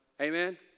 Amen